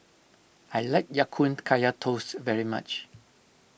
I like Ya Kun Kaya Toast very much